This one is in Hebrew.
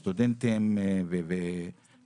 לגבי סטודנטים חרדים,